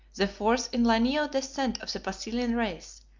the fourth in lineal descent of the basilian race,